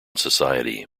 society